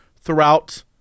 throughout